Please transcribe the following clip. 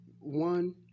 one